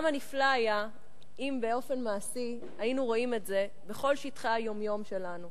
כמה נפלא היה אם באופן מעשי היינו רואים את זה בכל שטחי היום-יום שלנו.